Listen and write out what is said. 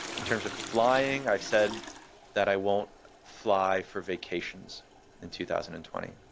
in terms of flying, i've said that i won't fly for vacations in two thousand and twenty.